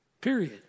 period